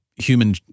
human